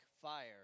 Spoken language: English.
fire